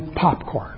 popcorn